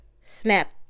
snap